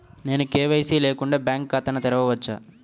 నేను కే.వై.సి లేకుండా బ్యాంక్ ఖాతాను తెరవవచ్చా?